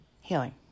healing